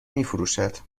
میفروشد